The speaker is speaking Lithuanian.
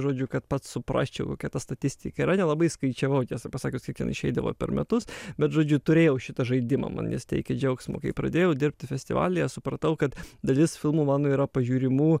žodžiu kad pats suprasčiau kokia ta statistika yra nelabai skaičiavau tiesą pasakius kiek ten išeidavo per metus bet žodžiu turėjau šitą žaidimą man jis teikė džiaugsmo kai pradėjau dirbti festivalyje supratau kad dalis filmų mano yra pažiūrimų